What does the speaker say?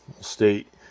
state